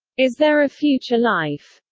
is there a future life?